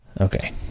Okay